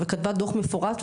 וכתבה דוח מפורט,